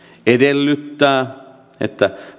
edellyttää että